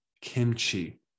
Kimchi